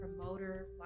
promoter